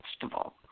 festival